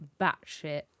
batshit